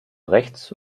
rechts